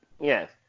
Yes